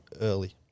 early